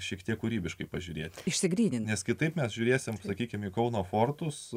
šiek tiek kūrybiškai pažiūrėti išsigryninti nes kitaip mes žiūrėsime sakykime į kauno fortus